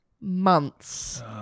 months